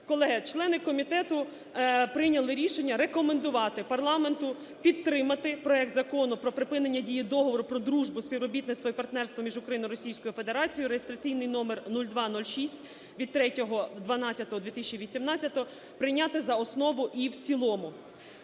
Колеги, члени комітету прийняли рішення рекомендувати парламенту підтримати проект Закону про припинення дії Договору про дружбу співробітництво і партнерство між Україною і Російською Федерацією (реєстраційний номер 0206) від 03.12.2018 прийняти за основу і в цілому.